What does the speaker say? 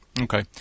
okay